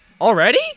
Already